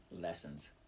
lessons